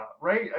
right